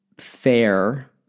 fair